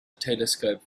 telescope